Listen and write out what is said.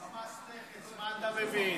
החמאס נכס, מה אתה מבין?